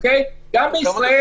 ואז דמיינו שאם